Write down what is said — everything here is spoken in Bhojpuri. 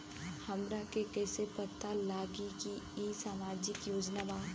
हमरा के कइसे पता चलेगा की इ सामाजिक योजना बा?